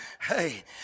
Hey